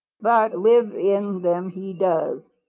but live in them he does,